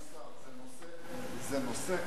אדוני השר, זה נושא,